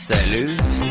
Salute